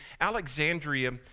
Alexandria